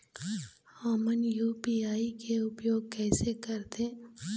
हमन यू.पी.आई के उपयोग कैसे करथें?